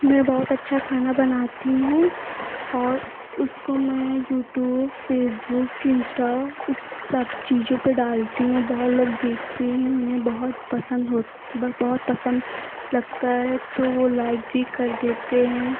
मैं बहुत अच्छा खाना बनाती हूँ और उसको मैं यूटूब फ़ेसबुक इंश्टा इस सब चीज़ों पर डालती हूँ बहुत लोग देखते हैं उन्हें बहुत पसंद हो बहुत पसंद लगता है तो वह लाइक भी कर देते हैं